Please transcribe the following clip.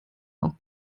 auch